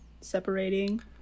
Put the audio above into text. separating